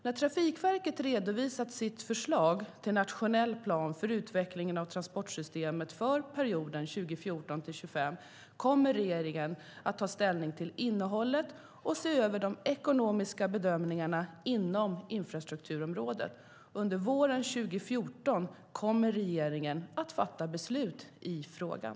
När Trafikverket har redovisat sitt förslag till nationell plan för utveckling av transportsystemet för perioden 2014-2025 kommer regeringen att ta ställning till innehållet och se över de ekonomiska bedömningarna inom infrastrukturområdet. Under våren 2014 kommer regeringen att fatta beslut i frågan.